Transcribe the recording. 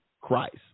Christ